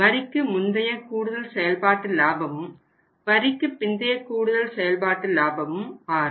வரிக்குப் முந்தைய கூடுதல் செயல்பாட்டு லாபமும் வரிக்குப் பிந்தைய கூடுதல் செயல்பாட்டு லாபமும் மாறும்